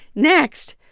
next,